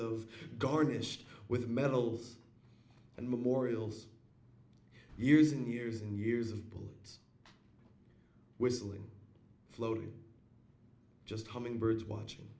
of garnish with medals and memorials years and years and years of bullets whistling floating just humming birds watching